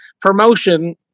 promotion